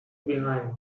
behind